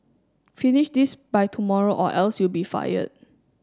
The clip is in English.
finish this by tomorrow or else you'll be fired